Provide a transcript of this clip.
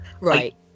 Right